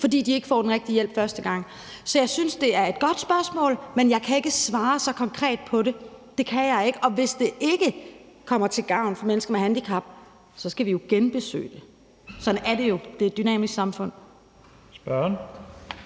fordi de ikke får den rigtige hjælp første gang. Så jeg synes, at det er et godt spørgsmål, men jeg kan ikke svare så konkret på det, det kan jeg ikke. Og hvis det ikke kommer mennesker med handicap til gavn, skal vi genbesøge det. Sådan er det jo i et dynamisk samfund.